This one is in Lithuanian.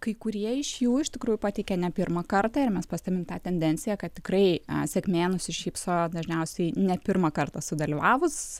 kai kurie iš jų iš tikrųjų pateikė ne pirmą kartą ir mes pastebim tą tendenciją kad tikrai a sėkmė nusišypsojo dažniausiai ne pirmą kartą sudalyvavus